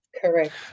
Correct